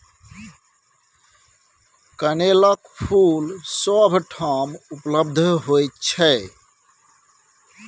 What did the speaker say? कनेलक फूल सभ ठाम उपलब्ध होइत छै